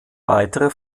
weitere